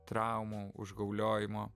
traumų užgauliojimo